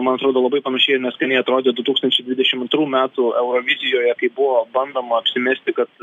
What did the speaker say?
man atrodo labai panašiai ir neskaniai atrodė du tūkstančiai dvidešimt antrų metų eurovizijoje kai buvo bandoma apsimesti kad